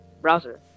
browser